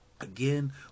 again